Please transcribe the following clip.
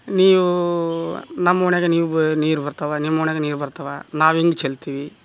ನೀವು ನಮ್ಮ ಓಣಿಯಾಗೆ ನೀವು ನೀರು ಬರ್ತವೆ ನಿಮ್ಮ ಓಣಿಯಾಗೆ ನೀರು ಬರ್ತವೆ ನಾವು ಹೆಂಗ್ ಚೆಲ್ತೀವಿ